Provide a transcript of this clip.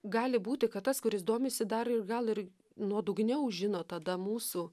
gali būti kad tas kuris domisi dar gal ir nuodugniau žino tada mūsų